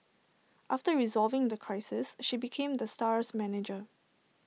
after resolving the crisis she became the star's manager